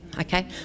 Okay